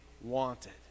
wanted